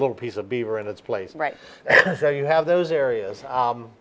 little piece of beaver in its place right now you have those areas